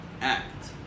act